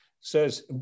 says